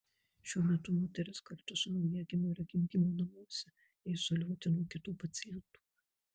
šiuo metu moteris kartu su naujagimiu yra gimdymo namuose jie izoliuoti nuo kitų pacientų